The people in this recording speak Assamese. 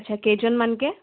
আচ্ছা কেইজনমানকৈ